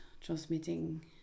transmitting